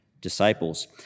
disciples